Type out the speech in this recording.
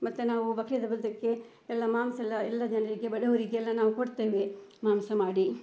ಮತ್ತೆ ನಾವು ಬಕ್ರೀದ್ ಹಬ್ಬಕ್ಕೆ ಎಲ್ಲ ಮಾಂಸ ಎಲ್ಲ ಎಲ್ಲ ಜನರಿಗೆ ಬಡವರಿಗೆಲ್ಲ ನಾವು ಕೊಡ್ತೇವೆ ಮಾಂಸ ಮಾಡಿ